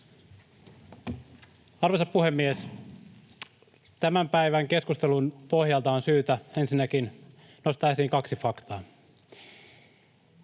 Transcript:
Arvoisa puhemies! Tämän päivän keskustelun pohjalta on syytä ensinnäkin nostaa esiin kaksi faktaa.